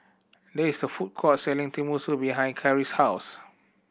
there is a food court selling Tenmusu behind Carri's house